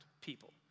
people